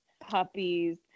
puppies